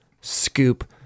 Scoop